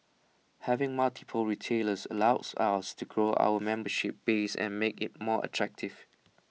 having multiple retailers allows us to grow our membership base and make IT more attractive